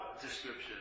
description